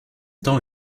temps